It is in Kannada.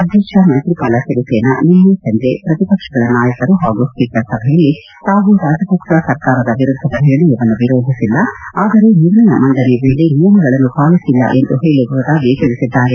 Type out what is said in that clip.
ಅಧ್ಯಕ್ಷ ಮೈತ್ರಿಪಾಲ ಸಿರಿಸೇನಾ ನಿನ್ನೆ ಸಂಜೆ ಪ್ರತಿಪಕ್ಷಗಳ ನಾಯಕರು ಹಾಗೂ ಸ್ವೀಕರ್ ಸಭೆಯಲ್ಲಿ ತಾವು ರಾಜಪಕ್ವ ಸರ್ಕಾರದ ವಿರುದ್ದದ ನಿರ್ಣಯವನ್ನು ವಿರೋಧಿಸಿಲ್ಲ ಆದರೆ ನಿರ್ಣಯ ಮಂಡನೆ ವೇಳಿ ನಿಯಮಗಳನ್ನು ಪಾಲಿಸಿಲ್ಲ ಎಂದು ಹೇಳಿರುವುದಾಗಿ ತಿಳಿಸಿದ್ದಾರೆ